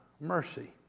mercy